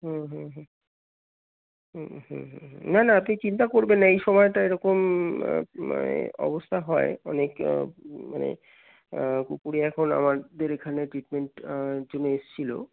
হুম হুম না না আপনি চিন্তা করবেন এই সময়টা এরকম অবস্থা হয় অনেক মানে কুকুর এখন আমাদের এখানে ট্রিটমেন্টের জন্যে এসছিলো